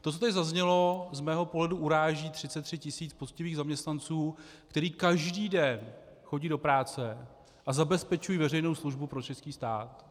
To, co zde zaznělo, z mého pohledu uráží 33 tisíc poctivých zaměstnanců, kteří každý den chodí do práce a zabezpečují veřejnou službu pro český stát.